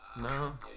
No